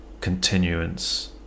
continuance